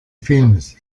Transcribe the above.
films